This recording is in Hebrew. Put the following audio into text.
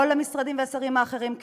כל המשרדים והשרים האחרים כן,